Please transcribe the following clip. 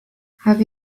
have